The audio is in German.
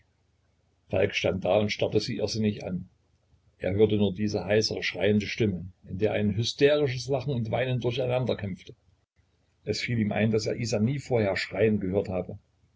stand da und starrte sie irrsinnig an er hörte nur diese heisere schreiende stimme in der ein hysterisches lachen und weinen durcheinanderkämpfte es fiel ihm ein daß er isa nie vorher schreien gehört habe